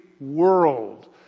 world